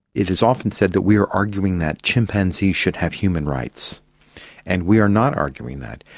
it is often said that we are arguing that chimpanzees should have human rights and we are not arguing that.